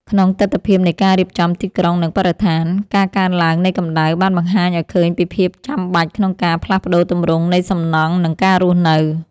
ក្នុងទិដ្ឋភាពនៃការរៀបចំទីក្រុង និងបរិស្ថាន ការកើនឡើងនៃកម្ដៅបានបង្ហាញឱ្យឃើញពីភាពចាំបាច់ក្នុងការផ្លាស់ប្តូរទម្រង់នៃសំណង់ និងការរស់នៅ។